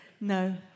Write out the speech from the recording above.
No